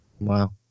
Wow